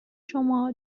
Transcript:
شما